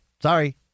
Sorry